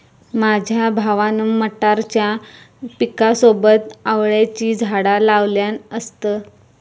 माझ्या भावान मटारच्या पिकासोबत आवळ्याची झाडा लावल्यान असत